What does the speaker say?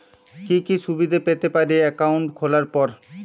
কি কি সুবিধে পেতে পারি একাউন্ট খোলার পর?